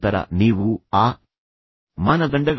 ಆದರೆ ನೀವು ನಿಗದಿಪಡಿಸಿದ ನಿಮ್ಮ ಸ್ವಂತ ಉನ್ನತ ಮಾನದಂಡಗಳು